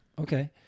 Okay